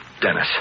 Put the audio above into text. Dennis